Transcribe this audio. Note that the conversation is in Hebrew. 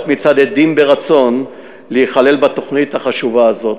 מצד עדים ברצון להיכלל בתוכנית החשובה הזאת.